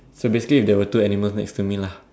so basically if there were two animals next to me lah